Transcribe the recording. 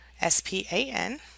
S-P-A-N